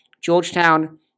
Georgetown